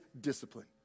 discipline